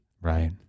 Right